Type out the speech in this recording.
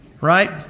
Right